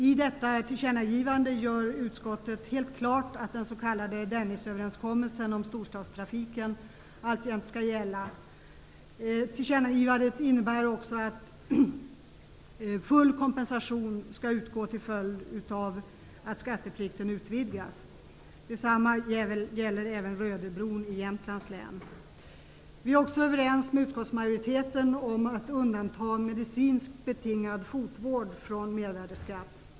I detta tillkännagivande gör utskottet helt klart att den s.k. Dennisöverenskommelsen om storstadstrafiken alltjämt skall gälla. Tillkännagivandet innebär också att full kompensation skall utgå till följd av att skatteplikten utvidgas. Detsamma gäller även Vi socialdemokrater är också överens med utskottsmajoriteten om att undanta medicinskt betingad fotvård från mervärdesskatt.